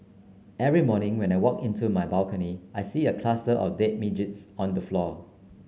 every morning when I walk into my balcony I see a cluster of dead midges on the floor